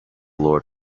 lord